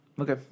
Okay